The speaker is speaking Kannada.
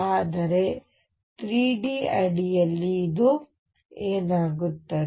3 ಡಿ ಯಲ್ಲಿ ಇದು ಏನಾಗುತ್ತದೆ